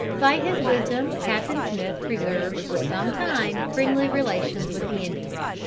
by his wisdom captain smith preserved for some time friendly relations with the indians,